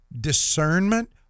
discernment